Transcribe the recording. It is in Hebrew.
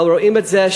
אבל רואים את זה,